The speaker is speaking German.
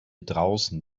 draußen